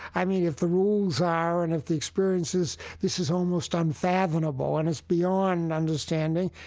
i mean, if the rules are and if the experience is this is almost unfathomable and it's beyond understanding,